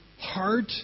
heart